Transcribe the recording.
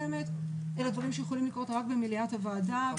אלה דברים שיכולים לקרות רק במליאת הוועדה.